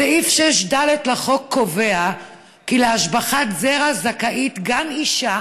סעיף 6(ד) בחוק קובע כי להשבחת זרע זכאית גם אישה